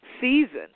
season